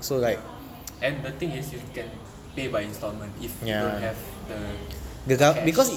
ya and the thing is you can pay by instalment if you don't have the cash